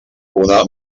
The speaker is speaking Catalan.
una